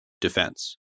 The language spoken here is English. defense